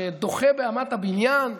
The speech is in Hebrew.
שדוחף באמת הבניין.